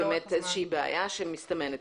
יש פה בעיה שמסתמנת,